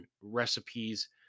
recipes